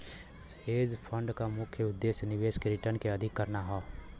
hedge fund क मुख्य उद्देश्य निवेश के रिटर्न के अधिक करना हौ